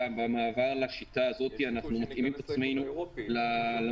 במעבר לשיטה הזאת אנחנו מתאימים את עצמנו למדינות